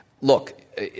Look